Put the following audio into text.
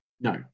No